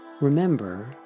Remember